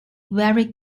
very